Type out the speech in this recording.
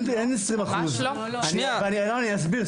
אין עשרים אחוז ואני אסביר,